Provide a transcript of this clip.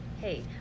hey